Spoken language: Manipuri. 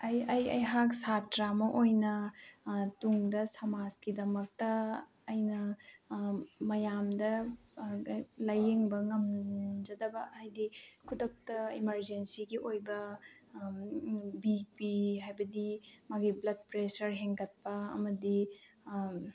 ꯑꯩꯍꯥꯛ ꯁꯥꯇ꯭ꯔ ꯑꯃ ꯑꯣꯏꯅ ꯇꯨꯡꯗ ꯁꯃꯥꯖꯀꯤꯗꯃꯛꯇ ꯑꯩꯅ ꯃꯌꯥꯝꯗ ꯂꯥꯏꯌꯦꯡꯕ ꯉꯝꯖꯗꯕ ꯍꯥꯏꯗꯤ ꯈꯨꯗꯛꯇ ꯏꯃꯥꯔꯖꯦꯟꯁꯤꯒꯤ ꯑꯣꯏꯕ ꯕꯤ ꯄꯤ ꯍꯥꯏꯕꯗꯤ ꯃꯥꯒꯤ ꯕ꯭ꯂꯠ ꯄ꯭ꯔꯦꯁꯔ ꯍꯦꯟꯒꯠꯄ ꯑꯃꯗꯤ